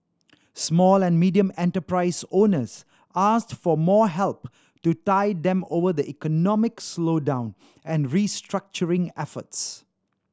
small and medium enterprise owners asked for more help to tide them over the economic slowdown and restructuring efforts